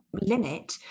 limit